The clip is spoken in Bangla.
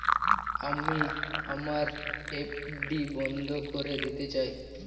আমি আমার এফ.ডি বন্ধ করে দিতে চাই